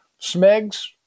Smegs